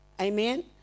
Amen